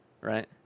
right